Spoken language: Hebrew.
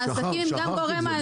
העסקים הם גם גורם מעסיק.